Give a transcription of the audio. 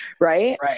right